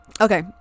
okay